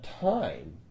time